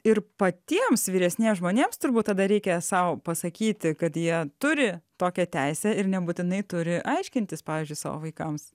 ir patiems vyresniems žmonėms turbūt tada reikia sau pasakyti kad jie turi tokią teisę ir nebūtinai turi aiškintis pavyzdžiui savo vaikams